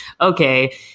Okay